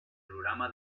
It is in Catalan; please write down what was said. programa